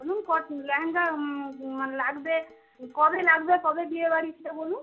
বলুন কট লেহেঙ্গা মানে লাগবে কবে লাগবে কবে বিয়েবাড়ি সেটা বলুন